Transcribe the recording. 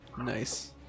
Nice